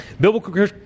Biblical